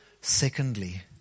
Secondly